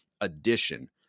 addition